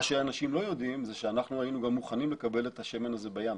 מה שאנשים לא יודעים זה שאנחנו היינו גם מוכנים לקבל את השמן הזה בים.